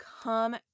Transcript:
come